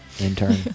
Intern